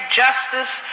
justice